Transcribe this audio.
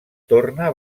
torna